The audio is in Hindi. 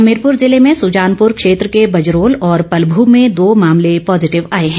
हमीरपुर ज़िले में सुजानपुर क्षेत्र के बजरोल और पॅलभू में दो मामले पॉजिटिव आए हैं